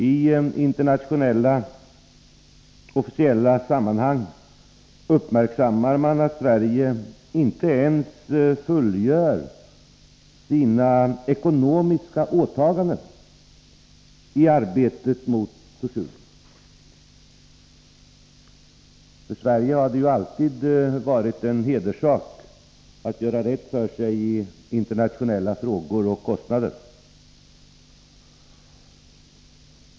I internationella officiella sammanhang uppmärksammar man att Sverige inte ens fullgör sina ekonomiska åtaganden i arbetet mot försurningen. För Sverige har det alltid varit en hederssak att göra rätt för sig i internationella sammanhang när det gäller kostnaderna.